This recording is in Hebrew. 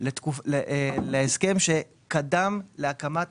להסכם שקדם להקמת